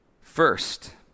First